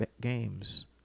games